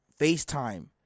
FaceTime